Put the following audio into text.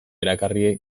erakarri